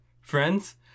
friends